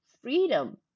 freedom